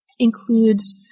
includes